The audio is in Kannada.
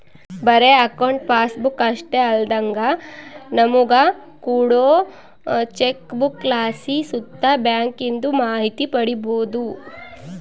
ಬರೇ ಅಕೌಂಟ್ ಪಾಸ್ಬುಕ್ ಅಷ್ಟೇ ಅಲ್ದಂಗ ನಮುಗ ಕೋಡೋ ಚೆಕ್ಬುಕ್ಲಾಸಿ ಸುತ ಬ್ಯಾಂಕಿಂದು ಮಾಹಿತಿ ಪಡೀಬೋದು